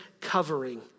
covering